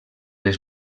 les